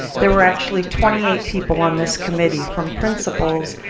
there were actually twenty eight people on this committee from principals,